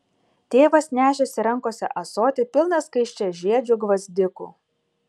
tėvas nešėsi rankose ąsotį pilną skaisčiažiedžių gvazdikų